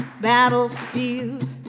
battlefield